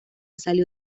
salió